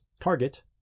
Target